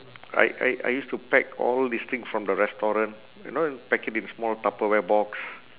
I I I used to pack all these thing from the restaurant you know pack it in small tupperware box